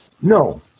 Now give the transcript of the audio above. No